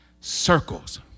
circles